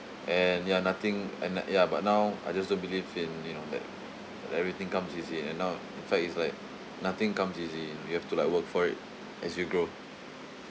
and ya nothing and no~ ya but now I just don't believe in you know that that everything comes easy and now in fact is like nothing comes easy we have to like work for it as you grow